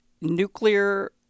nuclear